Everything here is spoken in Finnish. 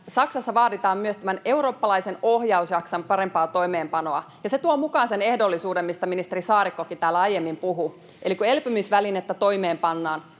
Saksassa vaaditaan myös tämän eurooppalaisen ohjausjakson parempaa toimeenpanoa, ja se tuo mukaan sen ehdollisuuden, mistä ministeri Saarikkokin täällä aiemmin puhui. Eli kun elpymisvälinettä toimeenpannaan,